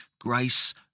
grace